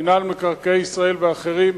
מינהל מקרקעי ישראל ואחרים.